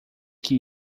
que